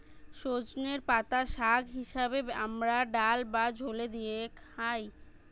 সজনের পাতা শাগ হিসাবে আমরা ডাল বা ঝোলে দিয়ে খাচ্ছি